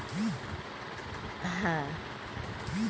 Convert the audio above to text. বিভিন্নভাবে আমরা পুঁজি পায়